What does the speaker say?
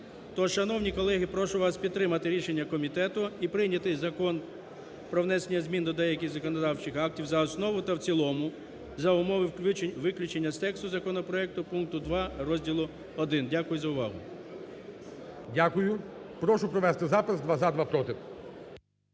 То, шановні колеги, прошу вас підтримати рішення комітету і прийняти Закон про внесення змін до деяких законодавчих актів за основу та в цілому за умови виключення з тексту законопроекту пункту 2 розділу І. Дякую за увагу. ГОЛОВУЮЧИЙ. Дякую. Прошу провести запис: два – за, два – проти.